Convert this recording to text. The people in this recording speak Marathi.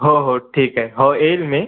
हो हो ठीक आहे हो येईल मी